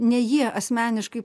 ne jie asmeniškai